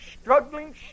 struggling